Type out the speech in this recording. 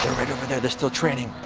right over there, they're still training.